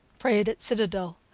prayed at citadel.